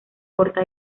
corta